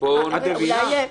את מבינה?